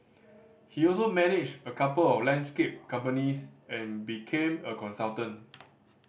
he also managed a couple of landscape companies and became a consultant